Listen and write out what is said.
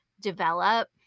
develop